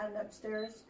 upstairs